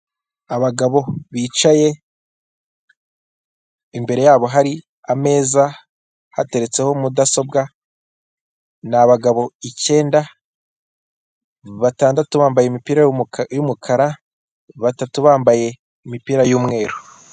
Abagabo bicaye imbere yabo hari ameza hateretseho mudasobwa ni abagabo icyenda, batandatu bambaye imipira y'umukara, batatu bambaye imipira y'umweru.